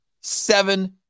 Seven